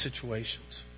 situations